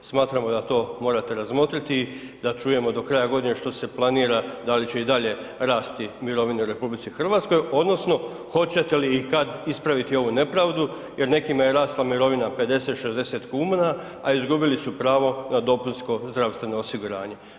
Smatramo da to morate razmotriti, da čujemo do kraja godine što planira, da li će i dalje rasti mirovine u RH odnosno hoćete li i kad ispraviti ovu nepravdu jer nekima je rasla mirovina 50, 60 kn a izgubili su pravo na dopunsko i zdravstveno osiguranje.